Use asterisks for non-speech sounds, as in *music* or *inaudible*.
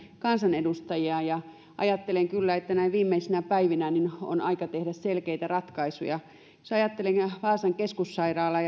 kansanedustajia ja ajattelen kyllä että näin viimeisinä päivinä on aika tehdä selkeitä ratkaisuja jos ajattelen vaasan keskussairaalaa *unintelligible*